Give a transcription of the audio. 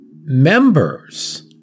members